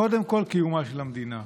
קודם כול, קיומה של המדינה.